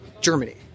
Germany